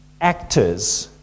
actors